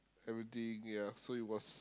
everything ya so it was